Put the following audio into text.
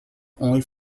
only